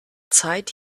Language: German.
zeit